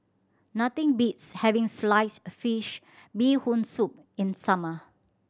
nothing beats having sliced fish Bee Hoon Soup in summer